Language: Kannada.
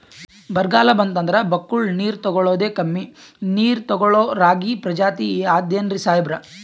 ಬರ್ಗಾಲ್ ಬಂತಂದ್ರ ಬಕ್ಕುಳ ನೀರ್ ತೆಗಳೋದೆ, ಕಮ್ಮಿ ನೀರ್ ತೆಗಳೋ ರಾಗಿ ಪ್ರಜಾತಿ ಆದ್ ಏನ್ರಿ ಸಾಹೇಬ್ರ?